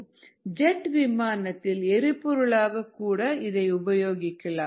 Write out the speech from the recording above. jet விமானத்தின் எரிபொருளாக கூட இதை உபயோகிக்கலாம்